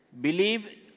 Believe